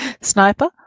Sniper